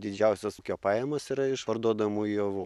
didžiausios ūkio pajamos yra iš parduodamų javų